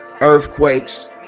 earthquakes